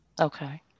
Okay